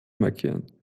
markieren